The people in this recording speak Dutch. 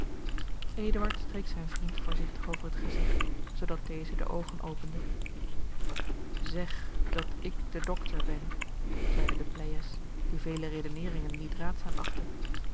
streek zijn vriend voorzigtig over het gezigt zoodat deze de oogen opende zeg dat ik de doctor ben zeide de pleyes die vele redeneringen niet raadzaam achtte